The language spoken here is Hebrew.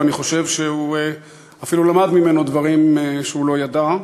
ואני חושב שהוא אפילו למד ממנו דברים שהוא לא ידע,